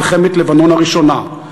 מלחמת לבנון הראשונה.